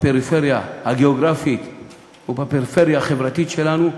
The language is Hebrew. בפריפריה הגיאוגרפית ובפריפריה החברתית שלנו,